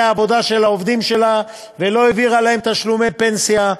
העבודה של העובדים שלה ולא העבירה להם תשלומי פנסיה.